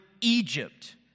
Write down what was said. Egypt